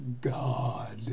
God